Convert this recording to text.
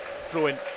throwing